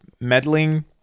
meddling